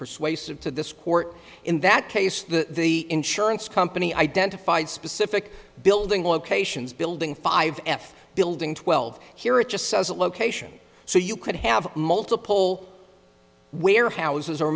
persuasive to this court in that case the the insurance company identified specific building locations building five f building twelve here it just says a location so you could have multiple warehouses